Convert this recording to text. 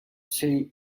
the